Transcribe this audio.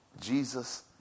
Jesus